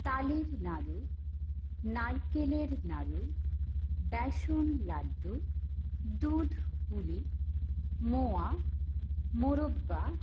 তালের নাড়ু নারকেলের নাড়ু বেসন লাড্ডু দুধ পুলি মোয়া মোরব্বা